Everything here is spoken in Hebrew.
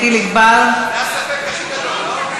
פוליטיקה זולה,